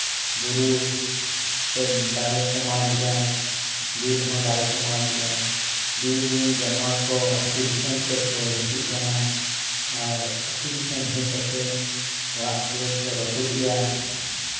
ᱵᱩᱨᱩ ᱫᱟᱨᱮ ᱠᱚ ᱢᱟᱜᱽ ᱮᱜᱼᱟ ᱵᱤᱨ ᱨᱮᱦᱚᱸ ᱫᱟᱨᱮ ᱠᱚ ᱢᱟᱜᱽ ᱮᱜᱼᱟ ᱵᱤᱨ ᱨᱮᱱ ᱡᱟᱱᱣᱟᱨ ᱠᱚ ᱟᱹᱛᱩ ᱫᱤᱥᱚᱢ ᱥᱮᱫ ᱠᱚ ᱦᱤᱡᱩᱜ ᱠᱟᱱᱟ ᱟᱨ ᱟᱹᱛᱩ ᱫᱤᱥᱚᱢ ᱦᱮᱡ ᱠᱟᱛᱮᱫ ᱚᱲᱟᱜ ᱫᱩᱣᱟᱹᱨ ᱠᱚ ᱨᱟᱹᱯᱩᱫᱮᱜᱼᱟ